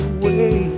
away